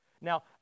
Now